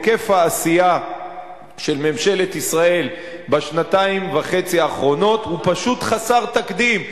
היקף העשייה של ממשלת ישראל בשנתיים וחצי האחרונות הוא חסר תקדים.